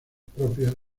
propias